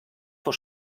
vor